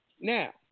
Now